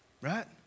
right